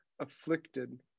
afflicted